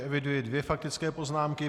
Eviduji dvě faktické poznámky.